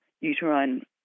uterine